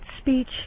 speech